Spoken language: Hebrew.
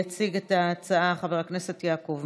(הוראת שעה, נגיף הקורונה